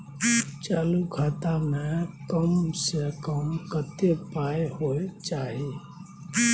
चालू खाता में कम से कम कत्ते पाई होय चाही?